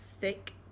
thick